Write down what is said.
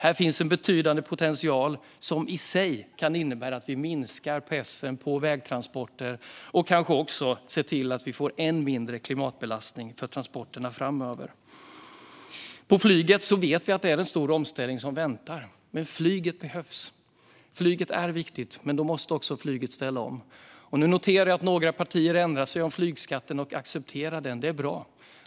Här finns en betydande potential som i sig kan innebära att vi minskar pressen på vägtransporter och kanske också ser till att få än mindre klimatbelastning för transporterna framöver. Vi vet att det väntar en stor omställning för flyget, men flyget behövs. Flyget är viktigt. Men då måste också flyget ställa om. Nu noterar jag att några partier har ändrat sig och accepterat flygskatten. Det är bra.